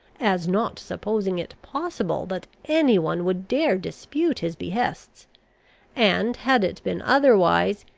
as not supposing it possible that any one would dare dispute his behests and, had it been otherwise,